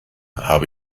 habe